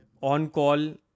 on-call